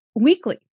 weekly